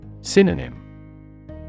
Synonym